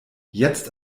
jetzt